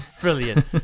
Brilliant